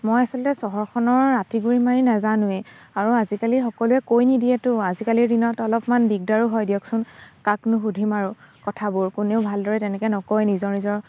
মই আচলতে চহৰখনৰ আঁতি গুৰি মাৰি নেজানোৱেই আৰু আজিকালি সকলোৱে কৈ নিদিয়েতো আজিকালিৰ দিনত অলপমান দিগদাৰো হয় দিয়কচোন কাকনো সুধিম আৰু কথাবোৰ কোনেও ভালদৰে তেনেকৈ নকয় নিজৰ নিজৰ